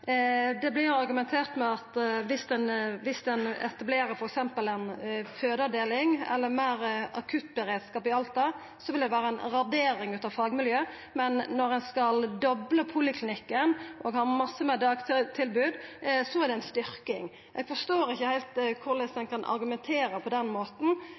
Det blir argumentert med at viss ein etablerer f.eks. ei fødeavdeling eller ein akuttberedskap i Alta, vil det vera ei radering av fagmiljøet, men når ein skal dobla poliklinikken og ha masse dagtilbod, så er det ei styrking. Eg forstår ikkje heilt korleis ein kan argumentera på den måten.